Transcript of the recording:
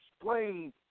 explain